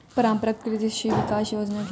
परंपरागत कृषि विकास योजना क्या है?